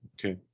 Okay